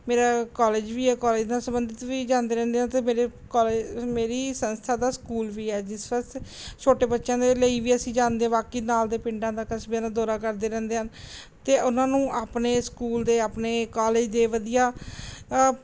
ਮੇਰਾ ਕੋਲੇਜ ਵੀ ਹੈ ਕੋਲੇਜ ਨਾਲ਼ ਸੰਬੰਧਿਤ ਵੀ ਜਾਂਦੇ ਰਹਿੰਦੇ ਹਾਂ ਅਤੇ ਮੇਰੇ ਕੋਲੇਜ ਮੇਰੀ ਸੰਸਥਾ ਦਾ ਸਕੂਲ ਵੀ ਹੈ ਜਿਸ ਵਾਸਤੇ ਛੋਟੇ ਬੱਚਿਆਂ ਦੇ ਲਈ ਵੀ ਅਸੀਂ ਜਾਂਦੇ ਬਾਕੀ ਨਾਲ਼ ਦੇ ਪਿੰਡਾਂ ਦਾ ਕਸਬਿਆਂ ਦਾ ਦੌਰਾ ਕਰਦੇ ਰਹਿੰਦੇ ਹਨ ਅਤੇ ਉਹਨਾਂ ਨੂੰ ਆਪਣੇ ਸਕੂਲ ਦੇ ਆਪਣੇ ਕੋਲੇਜ ਦੇ ਵਧੀਆ